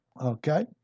Okay